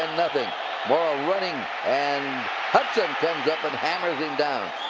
morrall running. and hudson comes up and hammers him down.